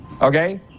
okay